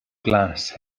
glas